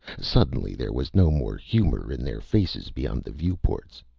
suddenly there was no more humor in their faces beyond the view-ports.